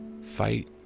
fight